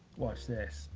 watch this.